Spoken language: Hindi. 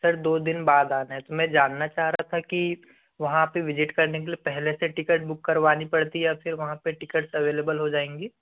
सर दो दिन बाद आना है तो मैं जानना चाह रहा था कि वहाँ पे विजिट करने के लिए पहले से टिकट बुक करवानी पड़ती है या फिर वहाँ पे टिकट अवेलेबल हो जाएँगी